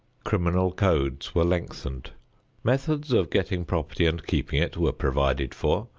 criminal codes were lengthened methods of getting property and keeping it were provided for,